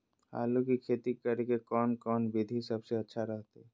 आलू की खेती करें के कौन कौन विधि सबसे अच्छा रहतय?